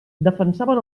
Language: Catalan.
defensaven